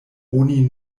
oni